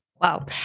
Wow